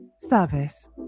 service